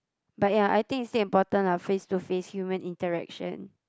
but ya I think it's still important lah face to face human interaction